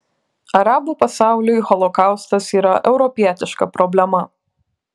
arabų pasauliui holokaustas yra europietiška problema